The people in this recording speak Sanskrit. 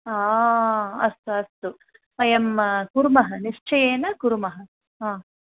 हा अस्तु अस्त्तु वयं कुर्मः निश्चयेन कुर्मः हा